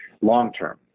long-term